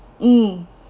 mm